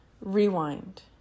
rewind